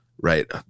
right